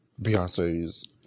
Beyonce's